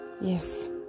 Yes